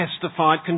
testified